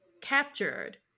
captured